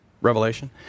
Revelation